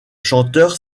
chanteur